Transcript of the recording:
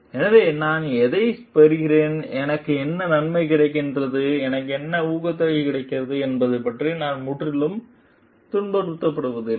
எனவே நான் எதைப் பெறுகிறேன் எனக்கு என்ன நன்மைகள் கிடைக்கின்றன எனக்கு என்ன ஊக்கத்தொகை கிடைக்கிறது என்பது அதற்காக நான் முற்றிலும் துன்புறுத்தப்படுவதில்லை